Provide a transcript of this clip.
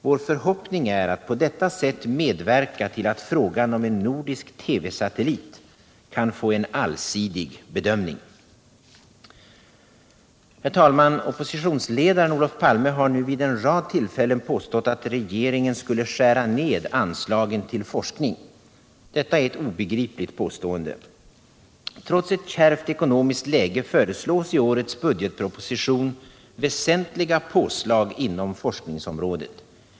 Vår förhoppning är att på detta sätt medverka till att frågan om en nordisk TV-satellit kan få en allsidig bedömning. Herr talman! Oppositionsledaren Olof Palme har vid en rad tillfällen påstått att regeringen skulle skära ner anslagen till forskning. Detta är ett obegripligt påstående. Trots ett kärvt ekonomiskt läge föreslås i årets budgetproposition väsentliga påslag inom forskningsområdet.